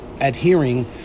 adhering